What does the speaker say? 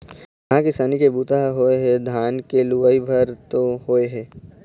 कहाँ किसानी के बूता ह होए हे, धान के लुवई भर तो होय हे